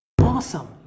awesome